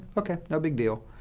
ok, no big deal.